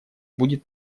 будет